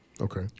Okay